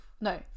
No